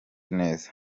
neza